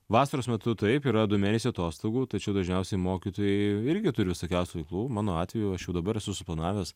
vasaros metu taip yra du mėnesiai atostogų tačiau dažniausiai mokytojai irgi turi visokiausių veiklų mano atveju aš jau dabar esu suplanavęs